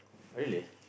really